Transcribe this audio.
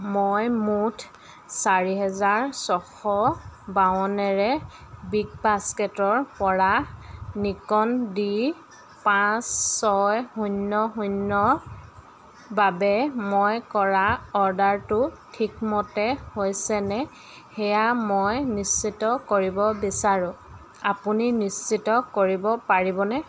মই মুঠ চাৰি হাজাৰ ছয়শ বাৱনেৰে বিগবাস্কেটৰপৰা নিকন ডি পাঁচ ছয় শূন্য শূন্য বাবে মই কৰা অৰ্ডাৰটো ঠিকমতে হৈছেনে সেয়া মই নিশ্চিত কৰিব বিচাৰোঁ আপুনি নিশ্চিত কৰিব পাৰিবনে